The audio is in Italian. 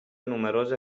numerose